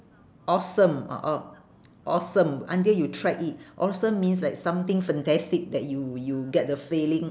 awesome ah orh awesome until you tried it awesome means like something fantastic that you you get the feeling